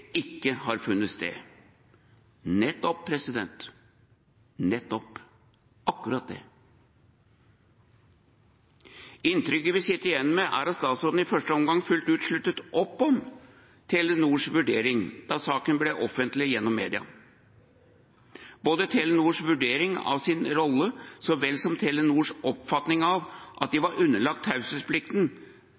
ikke har funnet sted. Nettopp, nettopp. Akkurat det. Inntrykket vi sitter igjen med, er at statsråden i første omgang fullt ut sluttet opp om Telenors vurdering da saken ble offentlig gjennom media. Telenors vurdering av sin rolle så vel som Telenors oppfatning av at de var underlagt